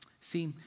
See